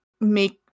make